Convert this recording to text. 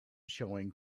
showing